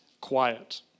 quiet